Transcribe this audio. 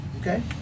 Okay